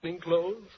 clothes